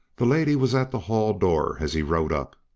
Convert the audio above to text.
the lady was at the hall door as he rode up.